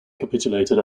capitulated